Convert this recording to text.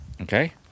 okay